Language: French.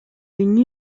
une